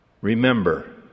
remember